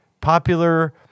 popular